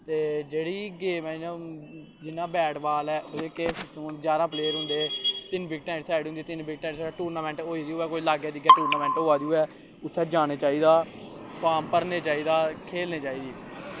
ते जेह्ड़ी गेंम ऐ जां जि'यां बैट बॉल ऐ एह् केह् सिस्टम ऐ जारां प्लेयर होंदे तिन्न बिकटां इस साइड होंदियां तिन्न बिकटें इस साइड टूर्नामैंट होई दी होऐ लाग्गै धीगै टूर्नामैंट होआ दी होऐ उत्थें जाना चाहिदा फार्म भरना चाहिदा खेलना चाहिदा